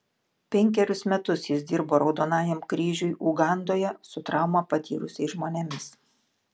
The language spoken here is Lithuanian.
penkerius metus jis dirbo raudonajam kryžiui ugandoje su traumą patyrusiais žmonėmis